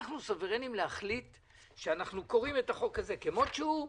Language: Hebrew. אנחנו סוברניים להחליט שאנחנו קוראים את החוק הזה כמות שהוא,